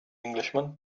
englishman